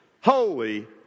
holy